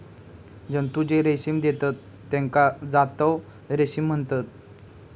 जंतु जे रेशीम देतत तेका जांतव रेशीम म्हणतत